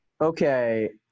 Okay